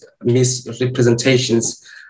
misrepresentations